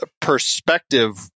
perspective